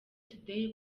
today